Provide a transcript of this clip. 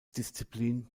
disziplin